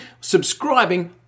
subscribing